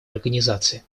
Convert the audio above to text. организации